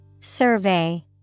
Survey